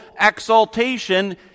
exaltation